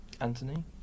Anthony